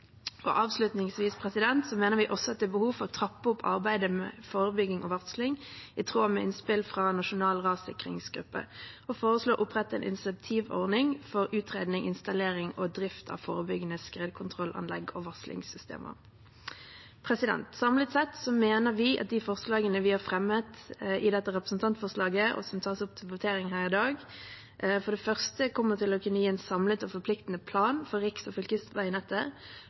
Avslutningsvis: Vi mener også at det er behov for å trappe opp arbeidet med forebygging og varsling, i tråd med innspill fra Nasjonal rassikringsgruppe, og foreslår å opprette en incentivordning for utredning, installering og drift av forebyggende skredkontrollanlegg og varslingssystemer. Samlet sett mener vi at de forslagene vi har fremmet i dette representantforslaget, og som tas opp til votering her i dag, kommer til å kunne gi en samlet og forpliktende plan for riks- og fylkesveinettet